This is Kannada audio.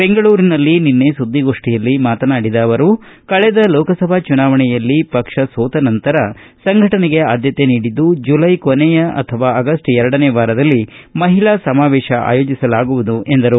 ಬೆಂಗಳೂರಿನಲ್ಲಿ ನಿನ್ನೆ ಸುದ್ದಿಗೋಷ್ಠಿಯಲ್ಲಿ ಮಾತನಾಡಿದ ಅವರು ಕಳೆದ ಲೋಕಸಭಾ ಚುನಾವಣೆಯಲ್ಲಿ ಪಕ್ಷ ಸೋತ ನಂತರ ಸಂಘಟನೆಗೆ ಆದ್ದತೆ ನೀಡಿದ್ದು ಜುಲೈ ಕೊನೆಯ ಅಥವಾ ಆಗಸ್ಟ್ ಎರಡನೇ ವಾರದಲ್ಲಿ ಮಹಿಳಾ ಸಮಾವೇಶ ಆಯೋಜಿಸಲಾಗುವುದು ಎಂದರು